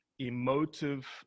emotive